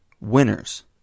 winners